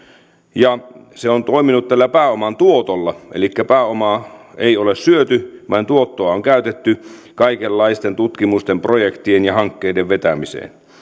ja se on toiminut tällä pääoman tuotolla elikkä pääomaa ei ole syöty vaan tuottoa on käytetty kaikenlaisten tutkimusten projektien ja hankkeiden vetämiseen